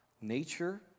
nature